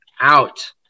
out